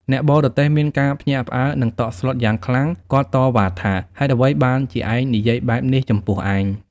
អ្នកបរទេះមានការភ្ញាក់ផ្អើល និងតក់ស្លុតយ៉ាងខ្លាំងគាត់តវ៉ាថា ហេតុអ្វីបានជាឯងនិយាយបែបនេះចំពោះអញ។